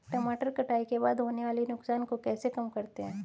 टमाटर कटाई के बाद होने वाले नुकसान को कैसे कम करते हैं?